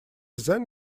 then